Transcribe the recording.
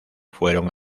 fueron